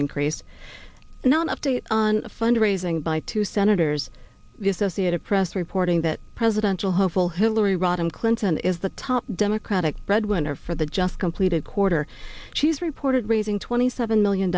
increase not update on the fund raising by two senators the associated press reporting that presidential hopeful hillary rodham clinton is the top democratic breadwinner for the just completed quarter she's reported raising twenty seven million